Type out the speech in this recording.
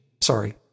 sorry